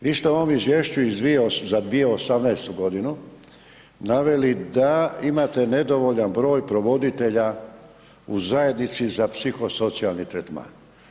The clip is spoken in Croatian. Vi ste u ovom izvješću za 2018. godinu naveli da imate nedovoljan broj provoditelja u zajednici za psihosocijalni tretman.